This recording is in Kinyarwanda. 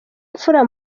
imfura